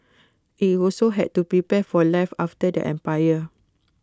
IT also had to prepare for life after the empire